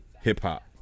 hip-hop